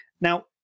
Now